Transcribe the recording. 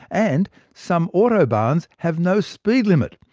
and some autobahns have no speed limit.